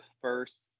first